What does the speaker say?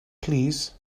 plîs